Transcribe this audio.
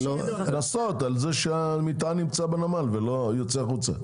קנסות על זה שהמטען נמצא בנמל ולא יוצא החוצה.